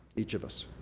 each of us.